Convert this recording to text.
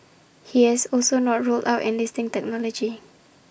he has also not ruled out enlisting technology